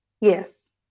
Yes